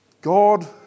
God